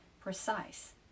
precise